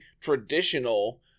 traditional